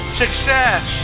success